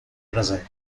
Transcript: braser